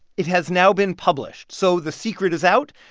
it has now been published. so the secret is out.